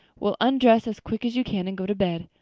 well, undress as quick as you can and go to bed.